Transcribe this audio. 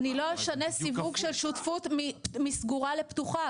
אני לא אשנה סיווג של שותפות מסגורה לפתוחה,